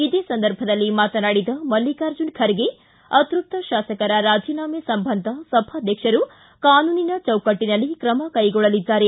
ಇದೇ ಸಂದರ್ಭದಲ್ಲಿ ಮಾತನಾಡಿದ ಮಲ್ಲಿಕಾರ್ಜುನ ಖರ್ಗೆ ಅತ್ಯಸ್ತ ಶಾಸಕರ ರಾಜೀನಾಮೆ ಸಂಬಂಧ ಸಭಾಧ್ಯಕ್ಷರು ಕಾನೂನಿನ ಚೌಕಟ್ಟಿನಲ್ಲಿ ತ್ರಮ ಕೈಗೊಳ್ಳಲಿದ್ದಾರೆ